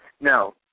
No